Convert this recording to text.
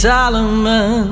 Solomon